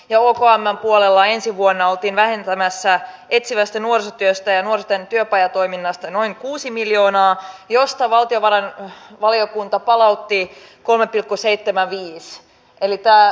paljon sairastava ihminenhän saa sen katon aikaisemmin täyteen ja sen jälkeen hän on koko vuoden ajan niin sanotulla nollakorvauksella